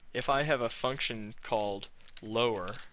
if i have a function called lower,